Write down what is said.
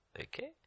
Okay